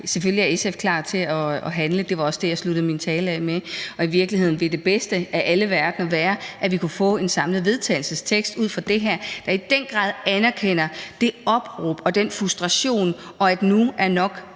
Selvfølgelig er SF klar til at handle. Det var også det, jeg sluttede min tale af med. Og i virkeligheden ville det være sådan i den bedste af alle verdener, at vi kunne få en samlet vedtagelsestekst ud fra det her, der i den grad anerkender det opråb og den frustration, og at nu er nok